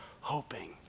hoping